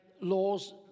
laws